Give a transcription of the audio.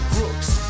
Brooks